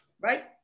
Right